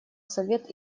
совет